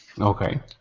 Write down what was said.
Okay